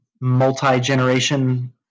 multi-generation